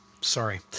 Sorry